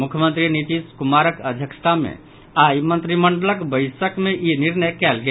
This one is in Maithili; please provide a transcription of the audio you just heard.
मुख्यमंत्री नीतीश कुमारक अध्यक्षता मे आई मंत्रिमंडलक बैसक मे ई निर्णय कयल गेल